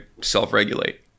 self-regulate